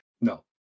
No